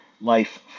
life